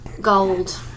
gold